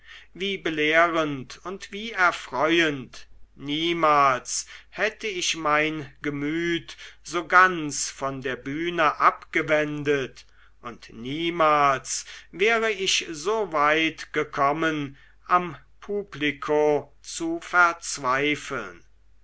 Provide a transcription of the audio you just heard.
wie belehrend und wie erfreuend niemals hätte ich mein gemüt so ganz von der bühne abgewendet und niemals wäre ich so weit gekommen am publiko zu verzweifeln